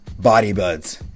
BodyBuds